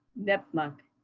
nipmuc,